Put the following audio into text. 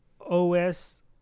OS